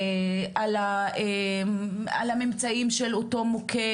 על הממצאים של אותו מוקד,